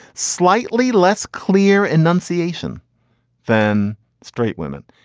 slightly less clear enunciation than straight women.